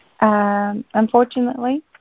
Unfortunately